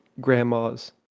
grandmas